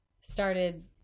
started